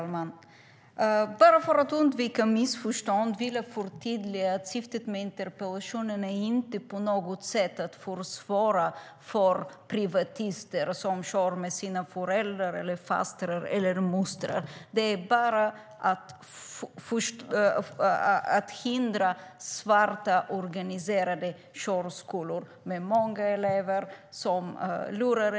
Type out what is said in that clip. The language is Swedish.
Fru talman! För att undvika missförstånd vill jag förtydliga att syftet med interpellationen inte på något sätt är att försvåra för privatister som kör med sina föräldrar, fastrar eller mostrar. Syftet är att hindra svarta organiserade körskolor med många elever som de lurar.